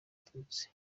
abatutsi